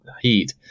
heat